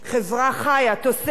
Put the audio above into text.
תוססת ובועטת,